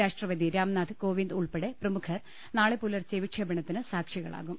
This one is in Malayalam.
രാഷ്ട്രപതി രാംനാഥ് കോവിന്ദ് ഉൾപ്പെടെ പ്രമുഖർ നാളെ പുലർച്ചെ വിക്ഷേപണത്തിന് സാക്ഷികളാകും